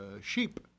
sheep